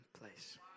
place